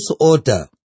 order